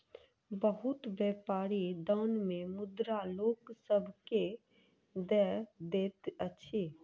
बहुत व्यापारी दान मे मुद्रा लोक सभ के दय दैत अछि